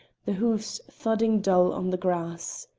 the hoofs thudding dull on the grass.